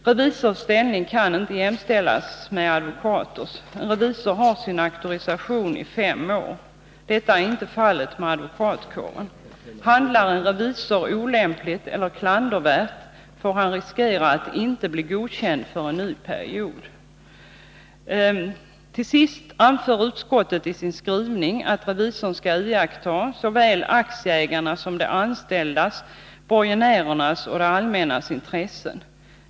Revisorers ställning kan inte jämställas med advokaters. En revisor har sin auktorisation i fem år. Detta är inte fallet för advokatkåren. Handlar en revisor olämpligt eller klandervärt, får han riskera att inte bli godkänd för en ny period. Till sist anför utskottet i sin skrivning att revisorn skall iaktta såväl aktieägarnas som de anställdas, borgenärernas och det allmännas intressen.